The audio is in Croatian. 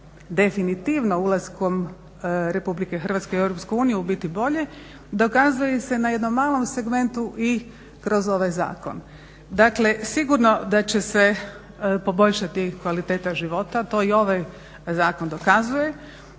ulaskom RH u EU biti bolje dokazuje se na jednom malom segmentu i kroz ovaj zakon. Dakle sigurno da će poboljšati kvaliteta života. To i ovaj zakon dokazuje,